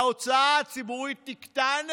ההוצאה הציבורית תקטן,